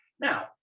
Now